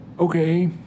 Okay